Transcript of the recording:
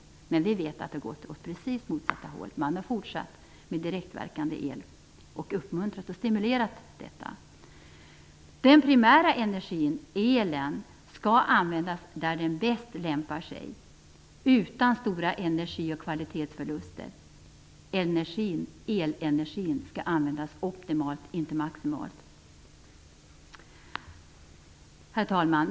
Men vi vet att det gått åt precis motsatt håll. Man har fortsatt med direktverkande el och uppmuntrat och stimulerat detta. Den primära energin, elen, skall användas där den bäst lämpar sig, utan stora energi och kvalitetsförluster. Elenergin skall användas optimalt, inte maximalt. Herr talman!